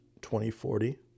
2040